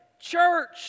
church